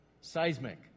Seismic